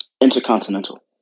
Intercontinental